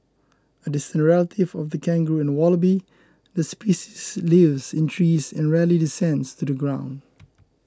a distant relative of the kangaroo and wallaby the species lives in trees and rarely descends to the ground